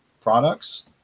products